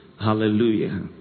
Hallelujah